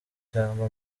cyangwa